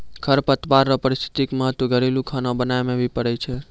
खरपतवार रो पारिस्थितिक महत्व घरेलू खाना बनाय मे भी पड़ै छै